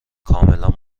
کاملا